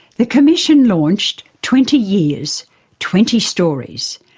the commission launched twenty years twenty stories,